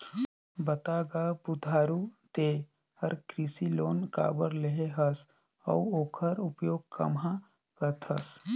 बता गा बुधारू ते हर कृसि लोन काबर लेहे हस अउ ओखर उपयोग काम्हा करथस